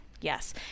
Yes